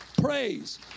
Praise